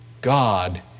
God